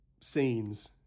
scenes